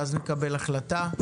ואז נקבל החלטה.